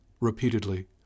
repeatedly